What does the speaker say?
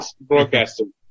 broadcasting